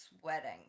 sweating